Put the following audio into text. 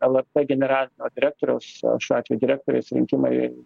lrt generalinio direktoriaus šiuo atveju direktorės rinkimai